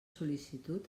sol·licitud